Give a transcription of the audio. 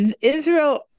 Israel